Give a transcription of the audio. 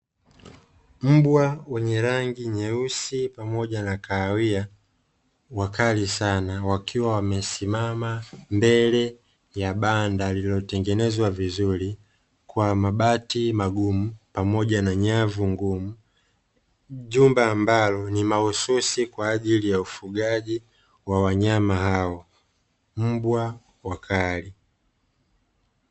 Mbwa wenye rangi nyeusi pamoja na kahawia wakali sana wakiwa wamesimama mbele ya banda lililotengenezwa vizuri kwa mabati magumu pamoja na nyavu ngumu, jumba ambalo ni mahususi kwa ajili ya ufugaji wa wanyama hao, mbwa wakali.